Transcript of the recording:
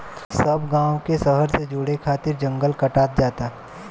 सब गांव के शहर से जोड़े खातिर जंगल कटात जाता